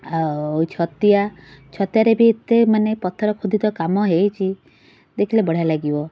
ଆଉ ଛତିଆ ଛତିଆରେ ବି ଏତେ ମାନେ ପଥର ଖୋଦିତ କାମ ହେଇଛି ଦେଖିଲେ ବଢ଼ିଆ ଲାଗିବ